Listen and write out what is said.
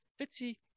Fitzy